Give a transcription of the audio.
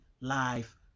life